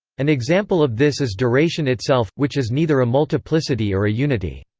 an example of this is duration itself, which is neither a multiplicity or a unity.